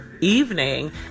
evening